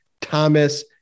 Thomas